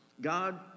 God